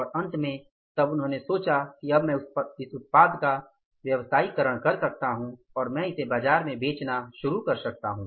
और अंत में तब उन्होंने सोचा कि अब मैं इस उत्पाद का व्यवसायीकरण कर सकता हूं और मैं इसे बाजार में बेचना शुरू कर सकता हूं